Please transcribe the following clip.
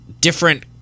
different